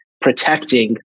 protecting